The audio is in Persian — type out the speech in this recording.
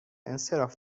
انصراف